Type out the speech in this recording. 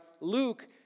Luke